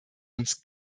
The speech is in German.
uns